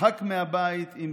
מרחק מהבית, אם